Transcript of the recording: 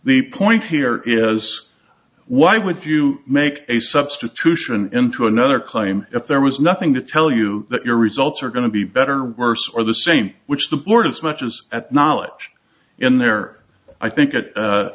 the point here is why would you make a substitution into another claim if there was nothing to tell you that your results are going to be better or worse or the same which the board as much as at knowledge in there i think